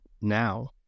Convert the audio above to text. now